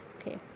okay